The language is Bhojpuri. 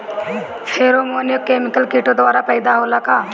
फेरोमोन एक केमिकल किटो द्वारा पैदा होला का?